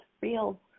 real